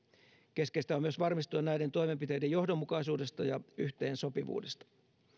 keskeistä on myös varmistua näiden toimenpiteiden johdonmukaisuudesta ja yhteensopivuudesta